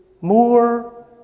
more